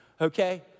Okay